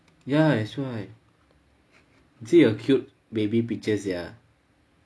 ya that's why you see your cute baby pictures sia